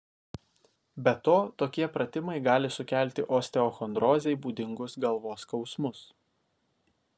be to tokie pratimai gali sukelti osteochondrozei būdingus galvos skausmus